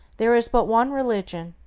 there is but one religion,